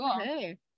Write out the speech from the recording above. okay